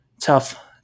tough